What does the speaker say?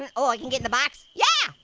and oh, i can get in the box? yeah,